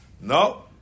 No